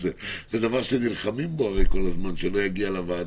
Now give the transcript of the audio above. זה הרי דבר שנלחמים בו כל הזמן, שלא יגיע לוועדה,